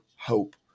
hope